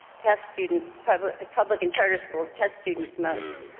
tests students, public public and charter schools test students most.